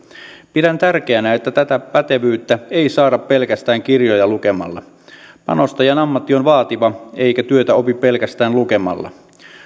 pidän tärkeänä että tätä pätevyyttä ei saada pelkästään kirjoja lukemalla panostajan ammatti on vaativa eikä työtä opi pelkästään lukemalla